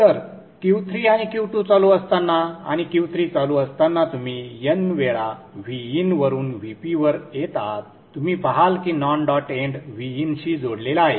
तर Q3 आणि Q2 चालू असताना आणि Q3 चालू असताना तुम्ही n वेळा Vin वरून Vp वर येत आहात तुम्ही पाहाल की नॉन डॉट एंड Vin शी जोडलेला आहे